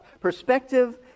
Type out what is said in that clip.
perspective